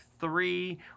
three